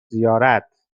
زیارت